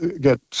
get